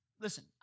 Listen